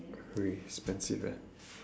very expensive eh